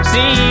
See